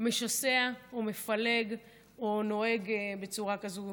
משסע או מפלג או נוהג בצורה כזו.